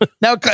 Now